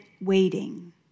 waiting